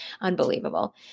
unbelievable